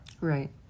right